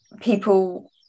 people